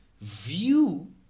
view